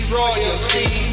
royalty